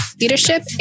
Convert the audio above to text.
leadership